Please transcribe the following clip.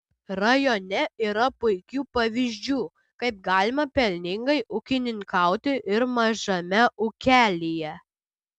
rajone yra puikių pavyzdžių kaip galima pelningai ūkininkauti ir mažame ūkelyje